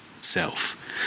self